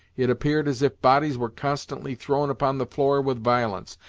it appeared as if bodies were constantly thrown upon the floor with violence,